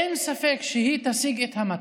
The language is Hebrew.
אין ספק שהיא תשיג את המטרה.